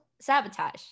Sabotage